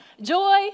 Joy